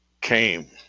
came